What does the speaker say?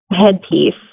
headpiece